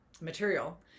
material